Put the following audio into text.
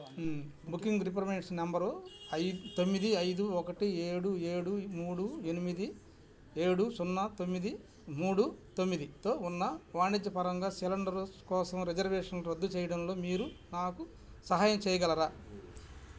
ఈ booking information number ఐ తొమ్మిది ఐదు ఒకటి ఏడు ఏడు మూడు ఎనిమిది ఏడు సున్నా తొమ్మిది మూడు తొమ్మిదితో ఉన్న వాణిజ్యపరంగా సిలిండర్ కోసం రిజర్వేషన్ రద్దు చేయడంలో మీరు నాకు సహాయం చేయగలరా